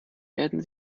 werden